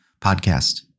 podcast